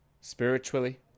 spiritually